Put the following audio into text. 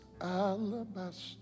alabaster